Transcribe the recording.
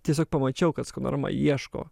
tiesiog pamačiau kad skanorama ieško